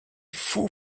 fous